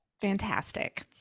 Fantastic